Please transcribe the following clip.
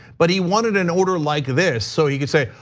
but he wanted an order like this, so he could say,